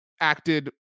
acted